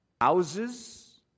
Houses